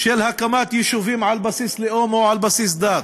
של הקמת יישובים על בסיס לאום או על בסיס דת,